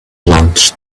launch